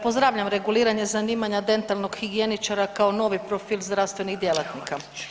Pozdravljam reguliranje zanimanja dentalnog higijeničara kao novi profil zdravstvenih djelatnika.